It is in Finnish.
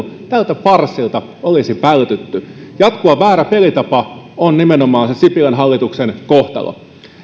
tältä farssilta olisi vältytty jatkuva väärä pelitapa on nimenomaan se sipilän hallituksen kohtalo